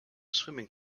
swimming